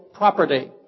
Property